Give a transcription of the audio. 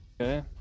Okay